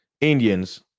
Indians